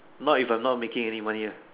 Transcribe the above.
not if I'm not making any money ah